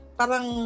parang